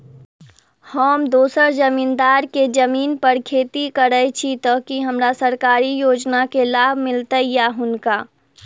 हम दोसर जमींदार केँ जमीन पर खेती करै छी तऽ की हमरा सरकारी योजना केँ लाभ मीलतय या हुनका?